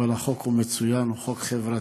אבל החוק הוא מצוין, הוא חוק חברתי,